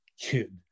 kid